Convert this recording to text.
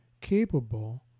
capable